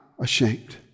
ashamed